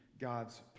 God's